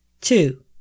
Two